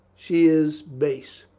she is base.